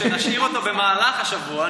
שנשאיר אותו במהלך השבוע,